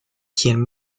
quien